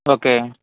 okay